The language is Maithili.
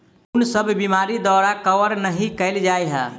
कुन सब बीमारि द्वारा कवर नहि केल जाय है?